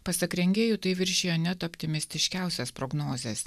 pasak rengėjų tai viršijo net optimistiškiausias prognozes